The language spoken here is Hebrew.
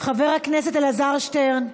חבר הכנסת אלעזר שטרן,